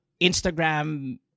Instagram